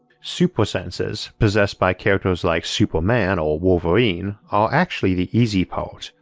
super-senses, possessed by characters like superman or wolverine, are actually the easy part,